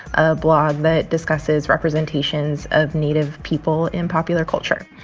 a blog that discusses representations of native people in popular culture.